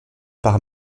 par